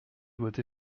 doit